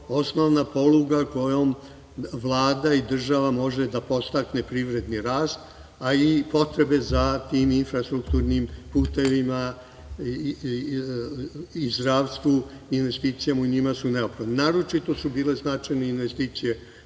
osnovna poluga kojom Vlada i država mogu da podstaknu privredni rast, a i potrebe za tim infrastrukturnim putevima i zdravstvu, investicijama u njima, su neophodne. Naročito su bile značajne investicije